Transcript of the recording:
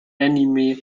anime